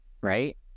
right